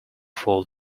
fault